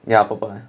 ya purple line